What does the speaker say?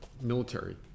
military